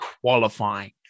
qualifying